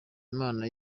imana